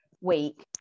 week